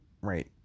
right